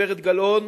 גברת גלאון.